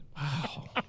wow